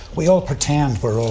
we all pretend we're ah